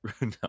no